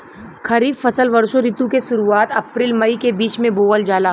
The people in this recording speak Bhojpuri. खरीफ फसल वषोॅ ऋतु के शुरुआत, अपृल मई के बीच में बोवल जाला